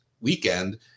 weekend